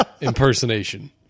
impersonation